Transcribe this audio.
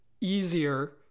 easier